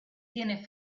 tiene